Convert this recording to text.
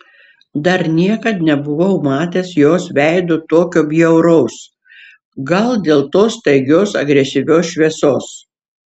dar niekad nebuvau matęs jos veido tokio bjauraus gal dėl tos staigios agresyvios šviesos